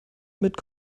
mit